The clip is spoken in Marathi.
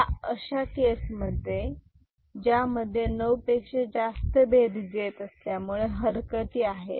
या अशा केस आहेत ज्यामध्ये नऊ पेक्षा जास्त बेरीज येत असल्यामुळे हरकती आहेत